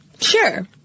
Sure